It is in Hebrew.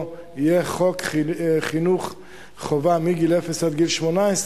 יהיה חוק חינוך חובה מגיל אפס עד גיל 18,